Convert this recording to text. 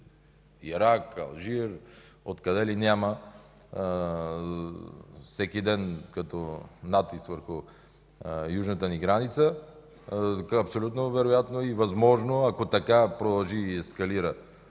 Ирак, Алжир, откъде ли няма всеки ден натиск върху южната ни граница, абсолютно вероятно и възможно е, ако така продължи и ескалира